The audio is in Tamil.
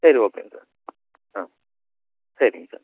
சரி ஓகேங்க சார் ஆ சரிங்க சார்